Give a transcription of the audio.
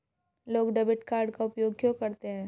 लोग debit card का उपयोग क्यों करते हैं?